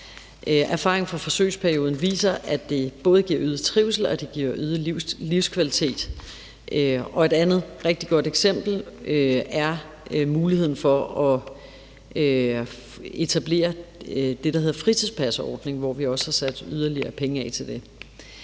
Erfaringen fra forsøgsperioden viser, at det både giver øget trivsel og øget livskvalitet. Og et andet rigtig godt eksempel er muligheden for at etablere det, der hedder en fritidspasordning, som vi også har sat yderligere penge af til.